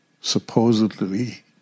supposedly